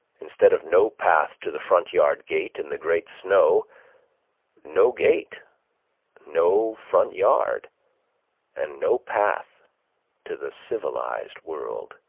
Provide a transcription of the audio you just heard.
instead of no path to the front-yard gate in the great snow no gate no front-yard and no path to the civilized world.